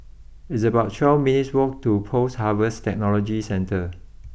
it's about twelve minutes walk to post Harvest Technology Centre